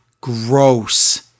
Gross